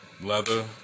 leather